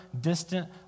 distant